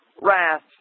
wrath